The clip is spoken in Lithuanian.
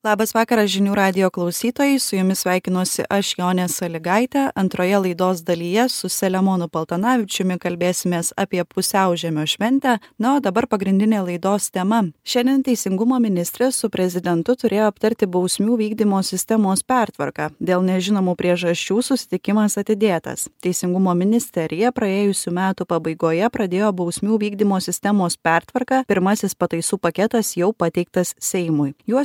labas vakaras žinių radijo klausytojai su jumis sveikinuosi aš jonė sąlygaitė antroje laidos dalyje su saliamonu paltanavičiumi kalbėsimės apie pusiaužiemio šventę na o dabar pagrindinė laidos tema šiandien teisingumo ministrė su prezidentu turėjo aptarti bausmių vykdymo sistemos pertvarką dėl nežinomų priežasčių susitikimas atidėtas teisingumo ministerija praėjusių metų pabaigoje pradėjo bausmių vykdymo sistemos pertvarką pirmasis pataisų paketas jau pateiktas seimui juo